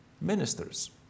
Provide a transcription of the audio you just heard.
ministers